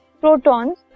protons